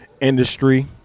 industry